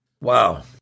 Wow